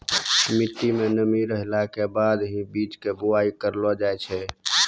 मिट्टी मं नमी रहला के बाद हीं बीज के बुआई करलो जाय छै